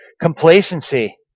complacency